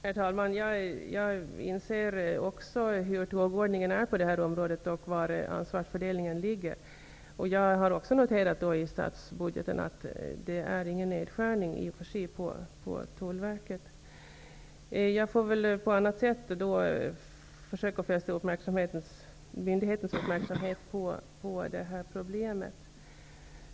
Herr talman! Jag inser också hur det är med tågordningen på området och med ansvarsfördelningen. Jag har noterat att det enligt statsbudgeten i och för sig inte är fråga om någon nedskärning beträffande Tullverket. Men jag får väl på annat sätt försöka göra myndigheten uppmärksam på problemet.